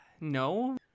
No